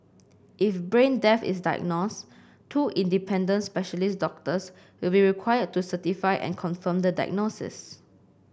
if brain death is diagnosed two independent specialist doctors will be required to certify and confirm the diagnosis